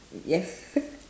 yes